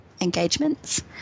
engagements